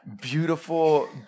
beautiful